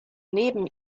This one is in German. neben